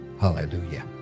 Hallelujah